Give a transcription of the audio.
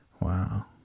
Wow